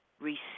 receive